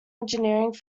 engineering